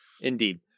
Indeed